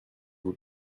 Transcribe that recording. vous